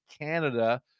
Canada